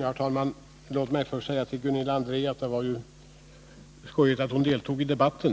Herr talman! Låt mig först till Gunilla André säga att det är skojigt att hon deltar i debatten.